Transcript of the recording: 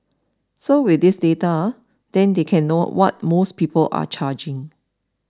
so with this data then they can know what most people are charging